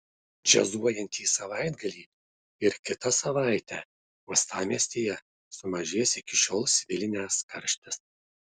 džiazuojantį savaitgalį ir kitą savaitę uostamiestyje sumažės iki šiol svilinęs karštis